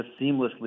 seamlessly